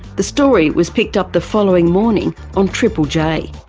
the story was picked up the following morning on triple j.